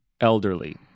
elderly